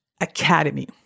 academy